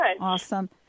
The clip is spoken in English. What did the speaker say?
Awesome